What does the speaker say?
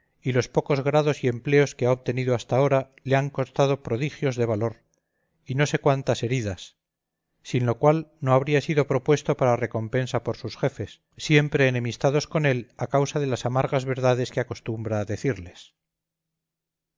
y los pocos grados y empleos que ha obtenido hasta ahora le han costado prodigios de valor y no sé cuántas heridas sin lo cual no habría sido propuesto para recompensa por sus jefes siempre enemistados con él a causa de las amargas verdades que acostumbra a decirles